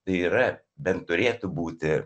tai yra bent turėtų būti